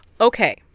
Okay